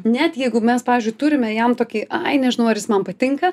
net jeigu mes pavyzdžiui turime jam tokį ai nežinau ar jis man patinka